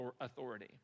authority